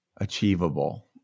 achievable